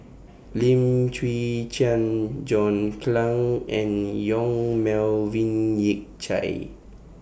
Lim Chwee Chian John Clang and Yong Melvin Yik Chye